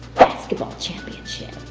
basketball championship.